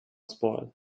spoil